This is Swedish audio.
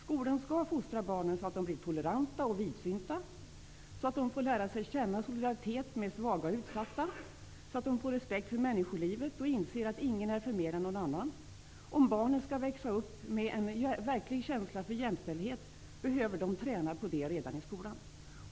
Skolan skall fostra barnen, så att de blir toleranta och vidsynta, så att de får lära sig att känna solidaritet med svaga och utsatta och så att de får respekt för människolivet och lär sig inse att ingen är förmer än någon annan. Om barnen skall växa upp med en verklig känsla för jämställdhet, behöver de träna på det redan i skolan.